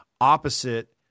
opposite